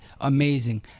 amazing